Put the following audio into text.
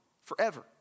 forever